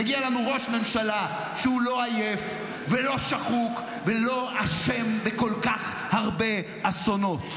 מגיע לנו ראש ממשלה שהוא לא עייף ולא שחוק ולא אשם בכל כך הרבה אסונות,